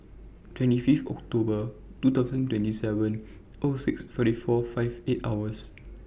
twenty five October two thousand twenty seven O six forty four fifty eight hours